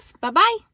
Bye-bye